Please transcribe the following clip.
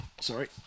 sorry